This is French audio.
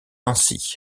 ainsi